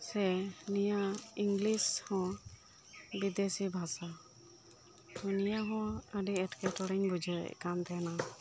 ᱥᱮ ᱱᱤᱭᱟᱹ ᱤᱝᱞᱤᱥ ᱦᱚᱸ ᱵᱤᱫᱮᱥᱤ ᱵᱷᱟᱥᱟ ᱱᱤᱭᱟᱹ ᱦᱚᱸ ᱟᱹᱰᱤ ᱮᱴᱠᱮ ᱴᱚᱬᱮᱧ ᱵᱩᱡᱷᱟᱹᱣᱮᱫ ᱠᱟᱱ ᱛᱟᱦᱮᱱᱟ